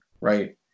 right